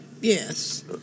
yes